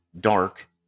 dark